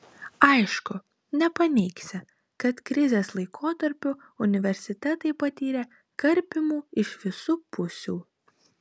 aišku nepaneigsi kad krizės laikotarpiu universitetai patyrė karpymų iš visų pusių